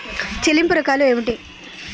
చెల్లింపు రకాలు ఏమిటి?